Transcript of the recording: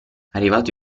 arrivato